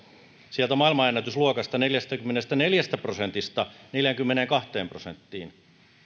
sieltä maailmanennätysluokasta neljästäkymmenestäneljästä prosentista neljäänkymmeneenkahteen prosenttiin